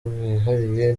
bwihariye